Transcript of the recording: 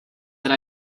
that